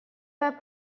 pas